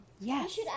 Yes